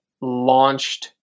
launched